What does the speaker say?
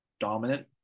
dominant